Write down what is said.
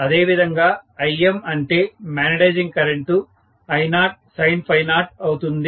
అదే విధంగా Im అంటే మాగ్నెటైజింగ్ కరెంటు I0sin0 అవుతుంది